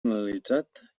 analitzat